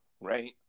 right